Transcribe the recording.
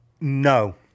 No